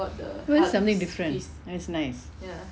it was something different that's nice